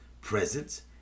presence